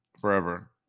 forever